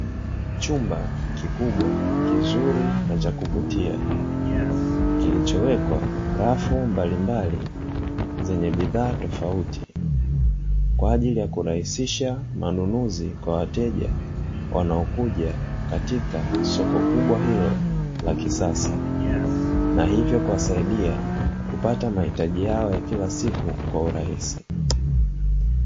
Chumba kikubwa kizuri na cha kuvutia kilichowekwa rafu mbalimbali zenye bidhaa tofauti kwa ajili ya kurahisisha manunuzi kwa wateja wanaokuja katika soko kubwa hilo la kisasa, na hivyo kuwasaidia kupata mahitaji yao ya kila siku kwa urahisi.